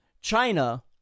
China